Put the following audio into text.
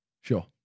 Sure